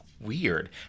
weird